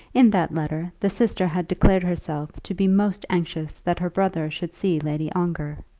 in that letter the sister had declared herself to be most anxious that her brother should see lady ongar.